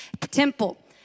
temple